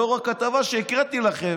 לאור הכתבה שהקראתי לכם,